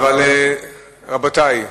רבותי,